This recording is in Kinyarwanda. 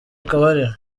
akabariro